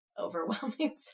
overwhelming